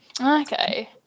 Okay